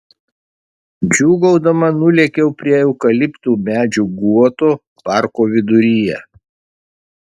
džiūgaudama nulėkiau prie eukaliptų medžių guoto parko viduryje